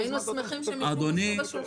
היינו שמחים שהם יישבו סביב השולחן.